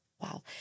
Wow